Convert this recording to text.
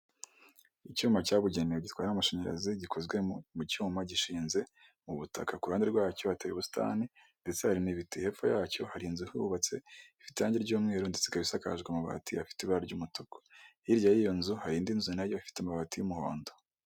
Icyuma cyabugenewe gitwaye amashanyarazi gikozwe mu cyuma gishinze mu butaka, ku kuruhande rwacyo bateyeye ubusitani ndetse hari n'ibiti, hepfo yacyo hari inzu hubatse ifite irangi ry'umweru ndetse ikaba isakaje amabati afite ibara ry'umutuku, hirya y'iyo nzu hari indi nzu nayo ifite amabati y'umuhondo.